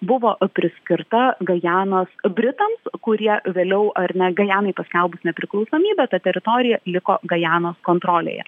buvo priskirta gajanos britams kurie vėliau ar na gajanai paskelbus nepriklausomybę ta teritorija liko gajanos kontrolėje